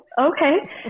Okay